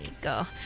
go